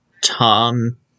tom